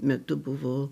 metu buvo